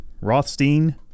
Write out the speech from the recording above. Rothstein